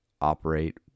operate